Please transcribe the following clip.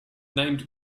named